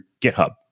GitHub